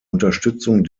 unterstützung